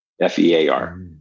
F-E-A-R